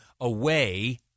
away